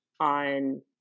on